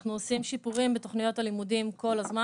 אנחנו עושים שיפורים בתוכניות הלימודים כל הזמן.